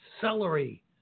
celery